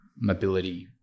mobility